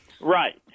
Right